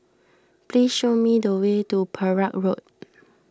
please show me the way to Perak Road